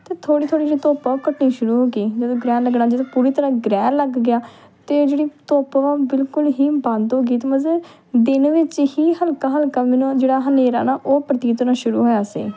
ਤਾਂ ਥੋੜ੍ਹੀ ਥੋੜ੍ਹੀ ਜਦੋਂ ਧੁੱਪ ਆ ਉਹ ਘਟਣੀ ਸ਼ੁਰੂ ਹੋ ਗਈ ਜਦੋਂ ਗ੍ਰਹਿਣ ਲੱਗਣਾ ਜਦੋਂ ਪੂਰੀ ਤਰ੍ਹਾਂ ਗ੍ਰਹਿਣ ਲੱਗ ਗਿਆ ਅਤੇ ਜਿਹੜੀ ਧੁੱਪ ਆ ਉਹ ਬਿਲਕੁਲ ਹੀ ਬੰਦ ਹੋ ਗਈ ਅਤੇ ਮਤਲਬ ਦਿਨ ਵਿੱਚ ਹੀ ਹਲਕਾ ਹਲਕਾ ਮੈਨੂੰ ਜਿਹੜਾ ਹਨੇਰਾ ਨਾ ਉਹ ਪ੍ਰਤੀਤ ਹੋਣਾ ਸ਼ੁਰੂ ਹੋਇਆ ਸੀ